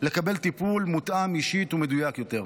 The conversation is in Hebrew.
לקבל טיפול מותאם אישית ומדויק יותר.